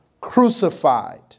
crucified